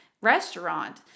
restaurant